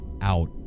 out